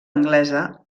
anglesa